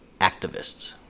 activists